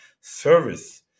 service